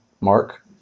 Mark